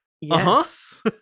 Yes